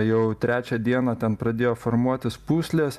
jau trečią dieną ten pradėjo formuotis pūslės